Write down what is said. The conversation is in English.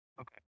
Okay